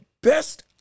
best